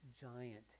giant